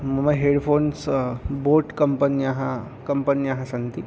मम headphones boAt कम्पन्याः कम्पन्याः सन्ति